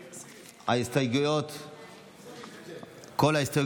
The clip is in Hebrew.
שכל ההסתייגויות מוסרות.